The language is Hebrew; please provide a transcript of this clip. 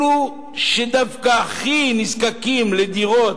אלו שדווקא הכי נזקקים לדירות,